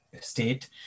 State